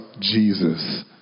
Jesus